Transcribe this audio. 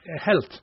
Health